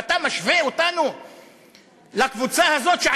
ואתה משווה אותנו לקבוצה הזאת,